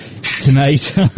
tonight